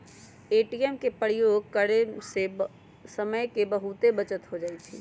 ATM के प्रयोग करे से समय के बहुते बचत हो जाइ छइ